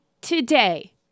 today